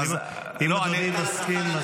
אם אדוני מסכים,